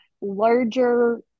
larger